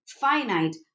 finite